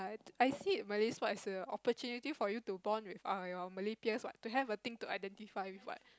I see Malay sport as a opportunity for you to bond with err your Malay peers what to have a thing to identify with what